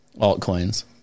altcoins